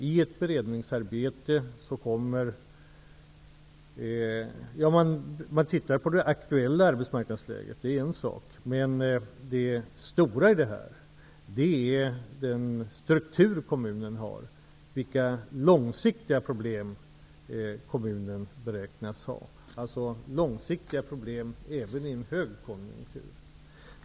I vårt beredningsarbete ser vi på det aktuella arbetsmarknadsläget. Det stora är dock den struktur kommunen har, vilka långsiktiga problem den beräknas ha. Det gäller problem som finns även i en högkonjunktur.